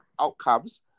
outcomes